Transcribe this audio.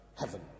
heaven